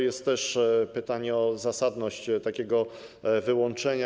Jest też pytanie o zasadność takiego wyłączenia.